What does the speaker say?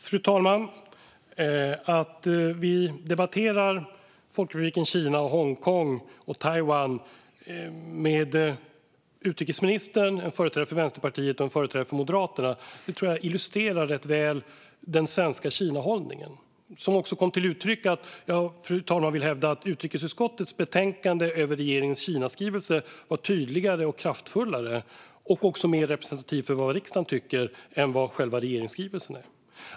Fru talman! Att utrikesministern, en företrädare för Vänsterpartiet och en företrädare för Moderaterna debatterar Folkrepubliken Kina, Hongkong och Taiwan tror jag rätt väl illustrerar den svenska Kinahållningen, som också kom till uttryck i utrikesutskottets betänkande över regeringens Kinaskrivelse. Jag vill hävda att det betänkandet är tydligare, kraftfullare och mer representativt för vad riksdagen tycker än vad själva regeringsskrivelsen är.